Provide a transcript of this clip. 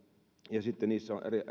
ja sitten niissä on